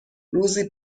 روزی